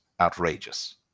outrageous